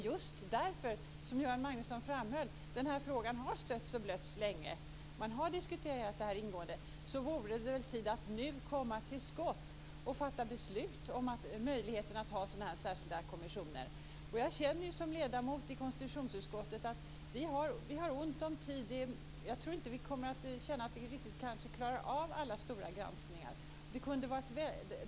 Just därför att den här frågan har stötts och blötts länge, som Göran Magnusson framhöll, och därför att man har diskuterat det här ingående, så vore det väl tid att nu komma till skott och fatta beslut om möjligheten att ha sådana här särskilda kommissioner. Jag känner ju som ledamot i konstitutionsutskottet att vi har ont om tid. Jag tror inte att vi kommer att känna att vi riktigt klarar av alla stora granskningar.